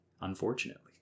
unfortunately